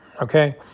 okay